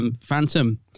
Phantom